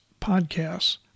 podcasts